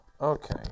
Okay